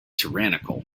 tyrannical